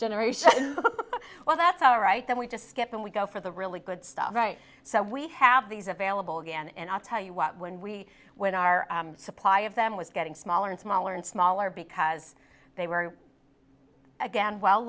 generation well that's all right then we just skip and we go for the really good stuff right so we have these available again and i'll tell you what when we when our supply of them was getting smaller and smaller and smaller because they were again well